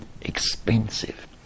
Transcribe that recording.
expensive